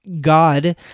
God